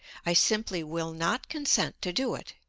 i simply will not consent to do it.